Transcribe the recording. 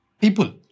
People